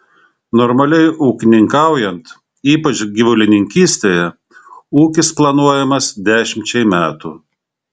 normaliai ūkininkaujant ypač gyvulininkystėje ūkis planuojamas dešimčiai metų